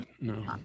no